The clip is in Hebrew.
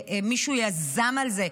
אני לא זוכרת שמישהו יזם על זה,